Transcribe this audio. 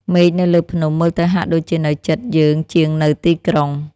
មេឃនៅលើភ្នំមើលទៅហាក់ដូចជានៅជិតយើងជាងនៅទីក្រុង។